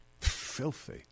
filthy